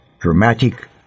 dramatic